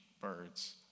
birds